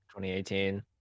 2018